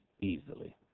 easily